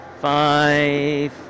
five